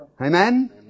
Amen